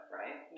right